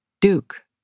Duke